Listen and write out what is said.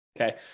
okay